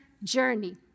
journey